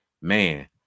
man